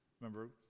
Remember